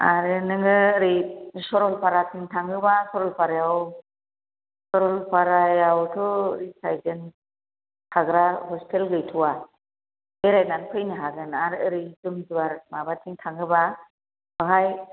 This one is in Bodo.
आरो नोङो ओरै सरलपाराथिं थाङोबा सरलपारायाव सरलपाराआव थ' ओरै साइद जों थाग्रा हसतेल गैथ'या बेरायनानै फैनो हागोन आर ओरै जुमदुवार माबाथिं थाङोबा बाहाय